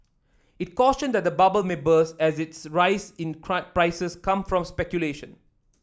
it cautioned that the bubble may burst as its rise in price come from speculation